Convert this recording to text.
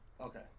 Okay